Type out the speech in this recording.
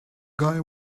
guy